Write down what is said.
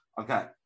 Okay